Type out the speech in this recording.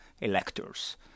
electors